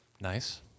Nice